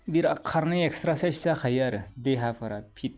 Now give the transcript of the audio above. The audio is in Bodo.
बिराद खारनो एकसारसाइस जाखायो आरो देहाफोरा फित जायो